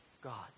God